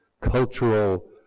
cultural